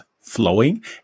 flowing